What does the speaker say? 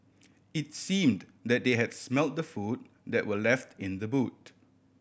it's seemed that they had smelt the food that were left in the boot